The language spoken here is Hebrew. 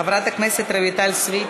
חברת הכנסת רויטל סויד,